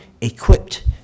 equipped